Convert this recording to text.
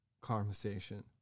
conversation